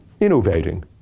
innovating